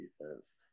defense